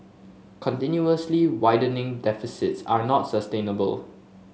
continuously widening deficits are not sustainable